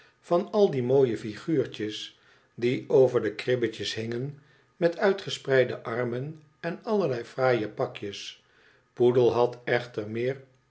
van al die mooie figuurtjes die over de kribjes hingen met uitgespreide armen en allerlei fraaie pakjes poedel had echter meer